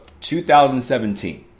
2017